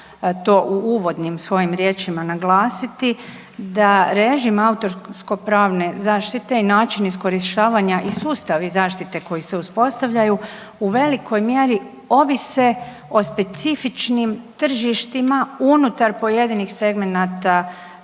to u uvodnim svojim riječima naglasiti da režim autorsko pravne zaštite i način iskorištavanja i sustavi zaštite koji se uspostavljaju u velikoj mjeri ovise o specifičnim tržištima unutar pojedinih segmenata